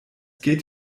geht